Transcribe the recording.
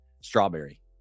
Strawberry